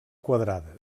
quadrada